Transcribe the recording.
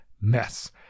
mess